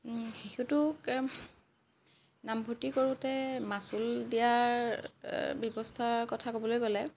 শিশুটোক নামভৰ্তি কৰোঁতে মাচুল দিয়াৰ ব্যৱস্থাৰ কথা ক'বলৈ গ'লে